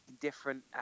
different